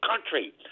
country